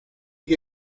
que